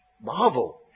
marvel